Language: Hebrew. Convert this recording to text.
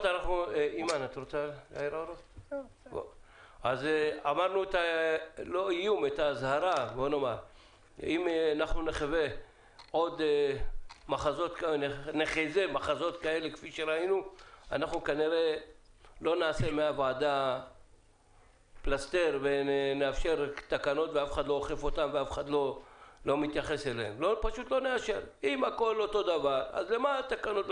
בשעה 10:00.